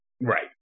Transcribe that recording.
Right